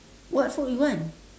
what food you want